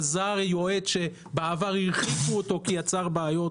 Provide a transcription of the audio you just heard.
חזר יועץ שבעבר החליפו אותו כי הוא יצר בעיות,